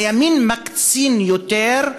הימין מקצין יותר,